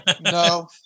No